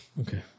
Okay